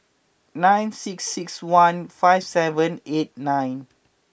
nine six six one five seven eight nine